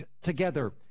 together